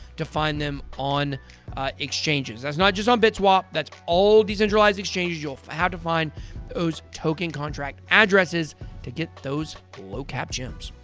to find them on exchanges. that's not just on bitswap. that's all decentralized exchanges. you'll have to find those token contract addresses to get those low cap gems.